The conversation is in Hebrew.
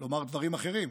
לומר דברים אחרים,